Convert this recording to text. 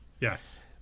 Yes